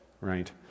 right